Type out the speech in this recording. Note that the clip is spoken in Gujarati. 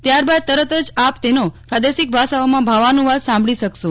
ત્યારબાદ તરત જ આપ તેનો પ્રાદેશિક ભાષાઓમાં ભાવાનુવાદ સાંભળી શકશો